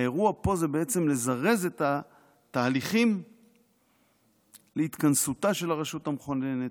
האירוע פה זה בעצם לזרז את התהליכים להתכנסותה של הרשות המכוננת,